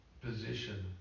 position